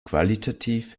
qualitativ